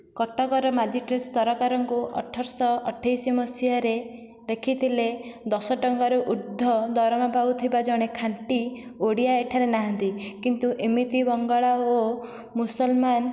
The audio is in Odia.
କଟକର ମାଜିଷ୍ଟ୍ରେଟ ସରକାରଙ୍କୁ ଅଠର ସହ ଅଠେଇଶି ମସିହାରେ ଲେଖିଥିଲେ ଦଶ ଟଙ୍କାରୁ ଉର୍ଦ୍ଧ ଦରମା ପାଉଥିବା ଜଣେ ଖାଣ୍ଟି ଓଡ଼ିଆ ଏଠାରେ ନାହାନ୍ତି କିନ୍ତୁ ଏମିତି ବଙ୍ଗଳା ଓ ମୁସଲମାନ